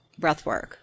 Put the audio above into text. breathwork